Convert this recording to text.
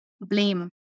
blame